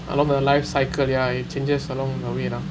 along the life cycle ya it changes along the way lah